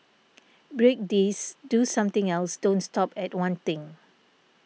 break this do something else don't stop at one thing